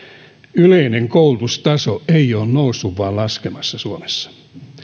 yleinen koulutustaso ei ole noussut vaan laskemassa suomessa